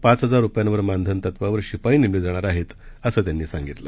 पाच हजार रूपयांवर मानधन तत्त्वावर शिपाई नेमले जाणार आहेत असं त्यांनी सांगितलं